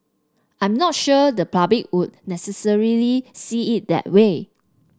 I'm not sure the public would necessarily see it that way